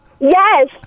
yes